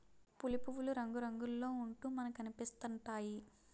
పులి పువ్వులు రంగురంగుల్లో ఉంటూ మనకనిపిస్తా ఉంటాయి